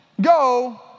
go